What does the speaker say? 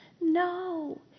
no